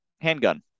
handgun